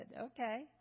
Okay